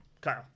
Kyle